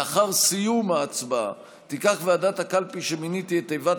לאחר סיום ההצבעה תיקח ועדת הקלפי שמיניתי את תיבת